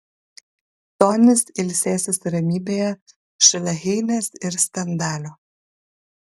tonis ilsėsis ramybėje šalia heinės ir stendalio